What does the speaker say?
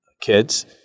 kids